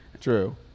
true